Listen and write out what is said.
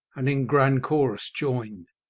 and in grand chorus joined,